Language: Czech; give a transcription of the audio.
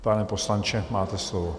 Pane poslanče, máte slovo.